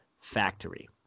factory